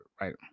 right